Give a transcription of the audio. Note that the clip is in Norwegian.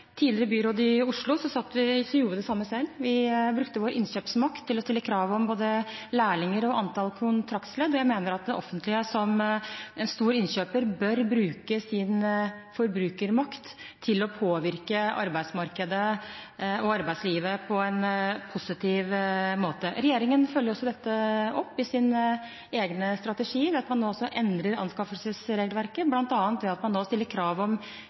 tidligere byråd i Oslo gjorde vi det samme selv. Vi brukte vår innkjøpsmakt til å stille krav om både lærlinger og antall kontraktsledd. Jeg mener at det offentlige som en stor innkjøper bør bruke sin forbrukermakt til å påvirke arbeidsmarkedet og arbeidslivet på en positiv måte. Regjeringen følger også dette opp i sine egne strategier, ved at man nå endrer anskaffelsesregelverket, bl.a. at man stiller krav om lærlinger, men også stiller krav om